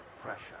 pressure